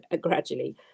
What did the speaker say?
gradually